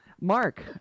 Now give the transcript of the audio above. Mark